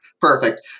Perfect